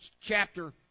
chapter